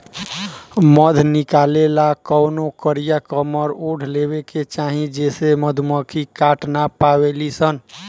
मध निकाले ला कवनो कारिया कमर ओढ़ लेवे के चाही जेसे मधुमक्खी काट ना पावेली सन